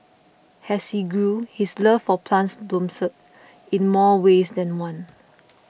has he grew his love for plants blossomed in more ways than one